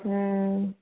हम्म